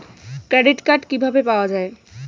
Credit card কিভাবে পাওয়া য়ায়?